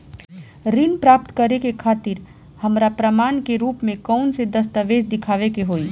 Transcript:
ऋण प्राप्त करे के खातिर हमरा प्रमाण के रूप में कउन से दस्तावेज़ दिखावे के होइ?